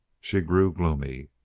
she grew gloomy.